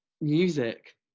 music